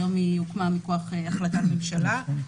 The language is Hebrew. היום היא הוקמה מכוח החלטת ממשלה.